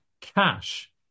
cash